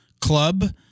club